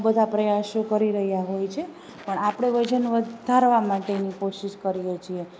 બધા પ્રયાસો કરી રહ્યા હોય છે પણ આપણે વજન વધારવાં માટેની કોશિશ કરીએ છીએ